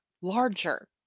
larger